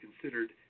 considered